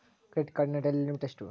Credit ಕಾರ್ಡಿನ daily limit ಎಷ್ಟು?